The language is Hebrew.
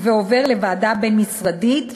ועובר לוועדה בין-משרדית,